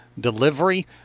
delivery